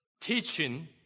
teaching